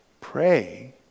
Pray